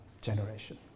generation